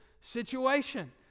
situation